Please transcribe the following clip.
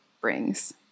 brings